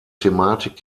thematik